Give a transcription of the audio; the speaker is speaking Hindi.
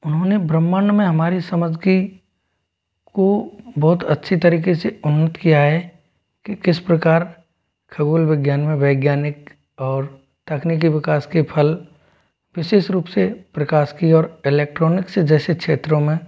उन्होंने ब्रह्मांड में हमारी समझ की को बहुत अच्छी तरीके से उन्नत किया है कि किस प्रकार खगोल विज्ञान में वैज्ञानिक और तकनीकी विकास के फल विशेष रूप से प्रकाश की ओर इलेक्ट्रॉनिक से जैसे क्षेत्रो में